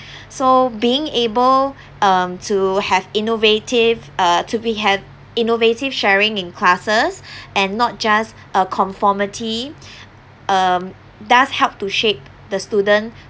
so being able um to have innovative uh to be had innovative sharing in classes and not just a conformity um does help to shape the student